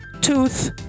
Tooth